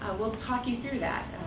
we'll talk you through that.